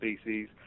species